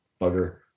bugger